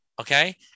Okay